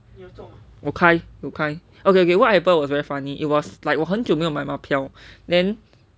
有开有开 okay okay okay okay what happen was very funny it was like 我很久没有买马票